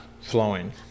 flowing